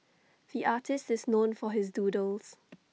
the artist is known for his doodles